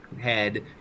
head